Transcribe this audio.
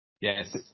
Yes